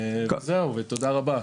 זהו ותודה רבה.